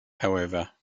however